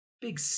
big